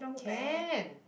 can